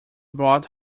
bought